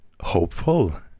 hopeful